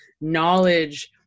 knowledge